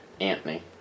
Anthony